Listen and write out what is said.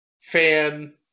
fan